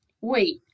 Wait